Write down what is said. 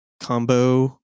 combo